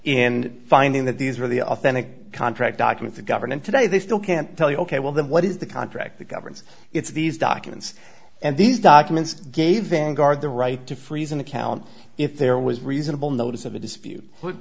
in finding that these were the authentic contract documents of government today they still can't tell you ok well then what is the contract that governs it's these documents and these documents gave vanguard the right to freeze an account if there was reasonable notice of a dispute